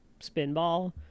Spinball